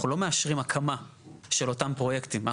אנחנו לא מאשרים הקמה של אותם פרויקטים.